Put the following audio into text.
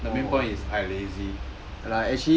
the main point is I lazy